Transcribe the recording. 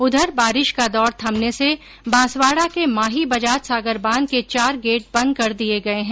उधर बारिश का दौर थमने से बांसवाडा के माही बजाज सागर बांध के चार गेट बंद कर दिये गये हैं